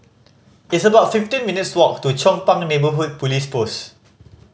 it's about fifteen minutes' walk to Chong Pang Neighbourhood Police Post